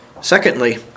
Secondly